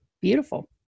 Beautiful